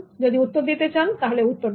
যদি উত্তর দিতে চান তাহলে উত্তর দেন